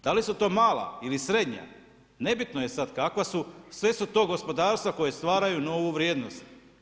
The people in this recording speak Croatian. Da li su to mala ili srednja, nebitno je sada kakva su, sve su to gospodarstva koja stvaraju novu vrijednost.